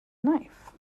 knife